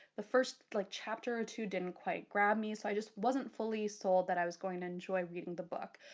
the first like chapter or two didn't quite grab me, so i just wasn't fully sold that i was going to enjoy reading the book.